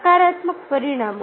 નકારાત્મક પરિણામો